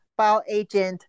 bioagent